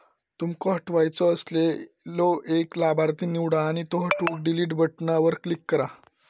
तुमका हटवायचो असलेलो एक लाभार्थी निवडा आणि त्यो हटवूक डिलीट बटणावर क्लिक करा